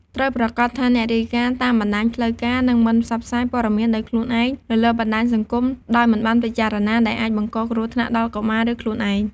ត្រូវប្រាកដថាអ្នករាយការណ៍តាមបណ្ដាញផ្លូវការ និងមិនផ្សព្វផ្សាយព័ត៌មានដោយខ្លួនឯងនៅលើបណ្ដាញសង្គមដោយមិនបានពិចារណា ដែលអាចបង្កគ្រោះថ្នាក់ដល់កុមារ ឬខ្លួនឯង។